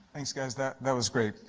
guys. that that was great.